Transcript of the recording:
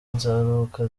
nzaruhuka